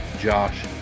Josh